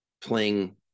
playing